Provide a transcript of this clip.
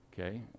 Okay